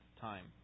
time